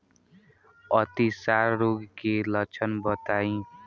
अतिसार रोग के लक्षण बताई?